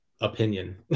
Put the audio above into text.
opinion